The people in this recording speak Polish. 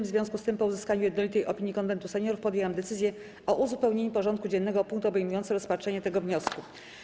W związku z tym, po uzyskaniu jednolitej opinii Konwentu Seniorów, podjęłam decyzję o uzupełnieniu porządku dziennego o punkt obejmujący rozpatrzenie tego wniosku.